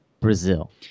Brazil